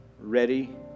ready